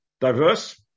diverse